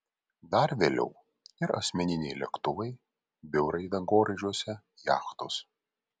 dar vėliau ir asmeniniai lėktuvai biurai dangoraižiuose jachtos